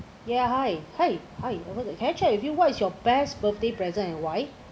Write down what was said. yeah hi hi hi over t~ can I check with you what is your best birthday present and why